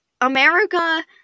America